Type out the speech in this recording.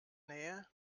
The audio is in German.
nähe